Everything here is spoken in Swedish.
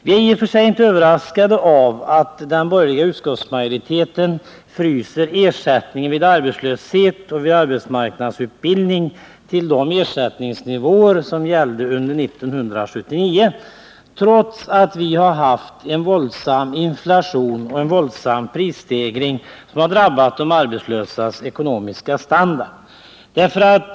Vi är i och för sig inte överraskade över att den borgerliga utskottsmajoriteten fryser ersättningen vid arbetslöshet och vid arbetsmarknadsutbildning till de ersättningsnivåer som gällde under 1979, trots att vi har haft en våldsam inflation och-en våldsam prisstegring som drabbat de arbetslösas ekonomiska standard.